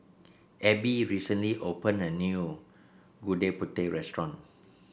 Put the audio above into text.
Ebbie recently open a new Gudeg Putih restaurant